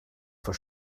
for